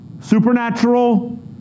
supernatural